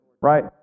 right